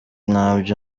ntabyo